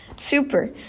super